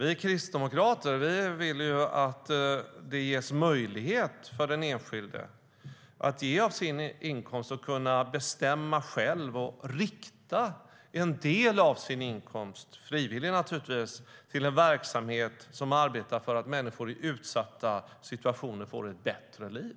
Vi kristdemokrater vill att det ges möjlighet för den enskilde att ge av sin inkomst och själv kunna bestämma och rikta en del av sin inkomst - frivilligt, naturligtvis - till en verksamhet som arbetar för att människor i utsatta situationer får ett bättre liv.